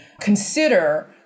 consider